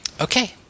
Okay